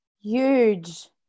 Huge